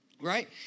Right